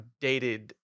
dated